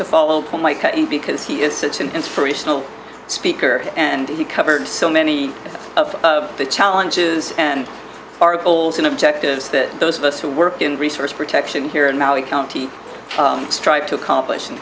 to follow point might come in because he is such an inspirational speaker and he covered so many of the challenges and our goals and objectives that those of us who work in research protection here and now the county strive to accomplish